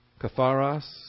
Katharos